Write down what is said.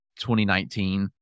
2019